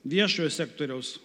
viešojo sektoriaus